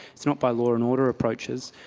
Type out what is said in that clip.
it's not by law and order approaches,